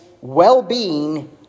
well-being